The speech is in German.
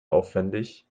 aufwendig